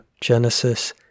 Genesis